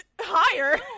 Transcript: Higher